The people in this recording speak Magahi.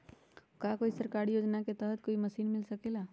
का कोई सरकारी योजना के तहत कोई मशीन मिल सकेला?